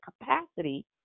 capacity